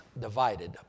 divided